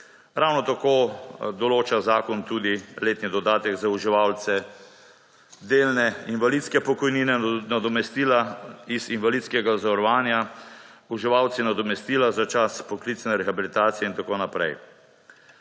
Ravno tako določa zakon tudi letni dodatek za uživalce delne invalidske pokojnine, nadomestila iz invalidskega zavarovanja, uživalce nadomestila za čas poklicne rehabilitacije in tako naprej.